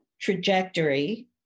trajectory